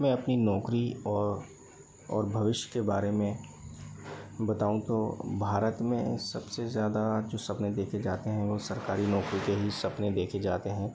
मैं अपनी नौकरी और और भविष्य के बारे में बताऊँ तो भारत में सबसे ज़्यादा जो सपने देखें जाते हैं वो सरकारी नौकरी के ही सपने देखें जाते हैं